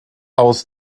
aus